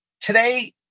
today